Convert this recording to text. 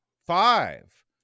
Five